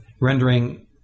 rendering